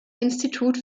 institut